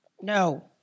No